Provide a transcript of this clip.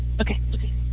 Okay